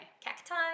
Cacti